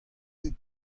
pep